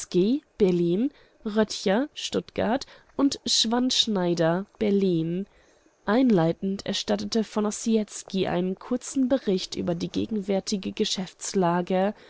röttcher stuttgart und schwann-schneider berlin einleitend erstattete v ossietzky einen kurzen bericht über die gegenwärtige geschäftslage